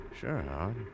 Sure